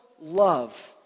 love